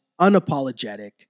unapologetic